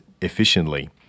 efficiently